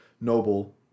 noble